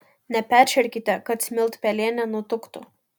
neperšerkite kad smiltpelė nenutuktų